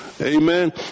Amen